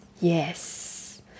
Yes